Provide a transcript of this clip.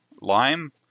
Lime